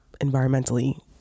environmentally